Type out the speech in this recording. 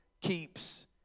keeps